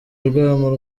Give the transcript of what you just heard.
urwamo